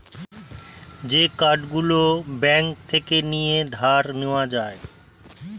যে কার্ড গুলো ব্যাঙ্ক থেকে নিয়ে ধার নেওয়া যায়